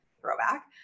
throwback